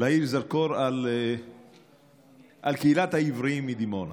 זרקור על קהילת העבריים מדימונה.